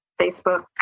Facebook